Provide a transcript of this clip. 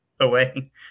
away